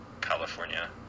California